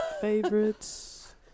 Favorites